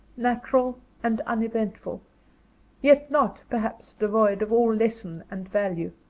natural, and uneventful yet not, perhaps, devoid of all lesson and value.